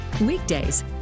weekdays